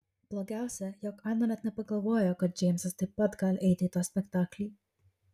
blogiausia jog ana net nepagalvojo kad džeimsas taip pat gali eiti į tą spektaklį